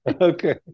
Okay